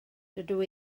dydw